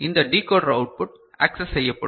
இந்த decoder output access செய்யப்படும்